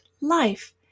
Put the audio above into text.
life